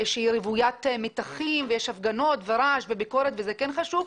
שהיא רווית מתחים ויש הפגנות ורעש וביקורת וזה כן חשוב,